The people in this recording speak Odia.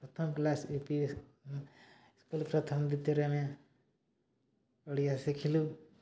ପ୍ରଥମ କ୍ଲାସ୍ ୟୁ ପି ସ୍କୁଲ୍ ପ୍ରଥମ ଦ୍ଵିତୀୟରେ ଆମେ ଓଡ଼ିଆ ଶିଖିଲୁ